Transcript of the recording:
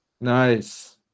Nice